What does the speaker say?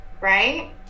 Right